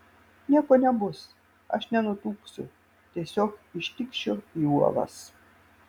nieko nebus aš nenutūpsiu tiesiog ištikšiu į uolas